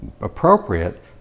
appropriate